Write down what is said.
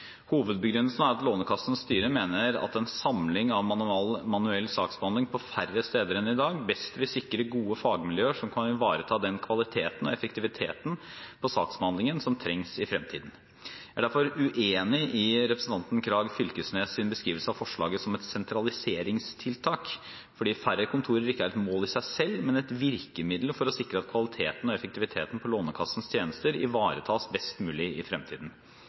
Hovedbegrunnelsen er at Lånekassens styre mener at en samling av manuell saksbehandling på færre steder enn i dag best vil sikre gode fagmiljøer som kan ivareta den kvaliteten og effektiviteten på saksbehandlingen som trengs i fremtiden. Jeg er derfor uenig i representanten Knag Fylkesnes’ beskrivelse av forslaget som et sentraliseringstiltak, fordi færre kontorer ikke er et mål i seg selv, men et virkemiddel for å sikre at kvaliteten og effektiviteten på Lånekassens tjenester ivaretas best mulig i fremtiden.